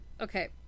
Okay